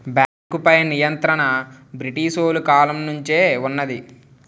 బేంకుపై నియంత్రణ బ్రిటీసోలు కాలం నుంచే వున్నది